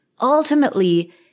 ultimately